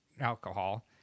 alcohol